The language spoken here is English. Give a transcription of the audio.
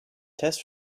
test